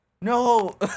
No